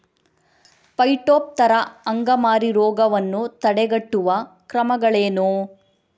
Phytophthora ಅಂಗಮಾರಿ ರೋಗವನ್ನು ತಡೆಗಟ್ಟುವ ಕ್ರಮಗಳೇನು?